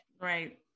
Right